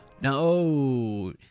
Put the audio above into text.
No